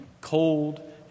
cold